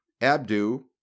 Abdu